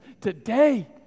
today